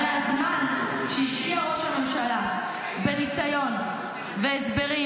הרי הזמן שהשקיע ראש הממשלה בניסיון ובהסברים,